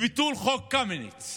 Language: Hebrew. ביטול חוק קמיניץ.